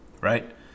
right